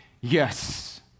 yes